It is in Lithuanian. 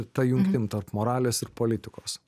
ta jungtim tarp moralės ir politikos